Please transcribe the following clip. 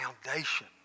foundation